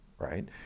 right